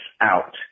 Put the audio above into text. out